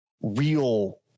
real